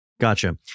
Gotcha